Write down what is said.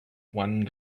one